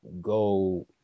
go